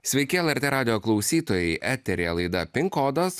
sveiki lrt radijo klausytojai eteryje laida pin kodas